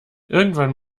irgendwann